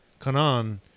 Kanan